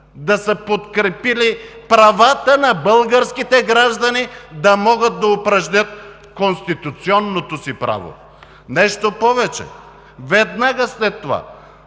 да са подкрепили правата на българските граждани да могат да упражнят конституционното си право. Нещо повече! Веднага след това